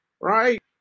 right